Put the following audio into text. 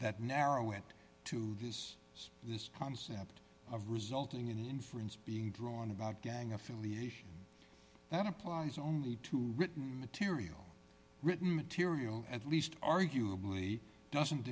that narrow it to this is this concept of resulting in the inference being drawn about gang affiliation that applies only to written material written material at least arguably doesn't